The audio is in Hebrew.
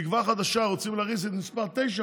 שפג תוקפם, אירועים עם לוחות זמנים,